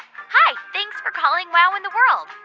hi. thanks for calling wow in the world.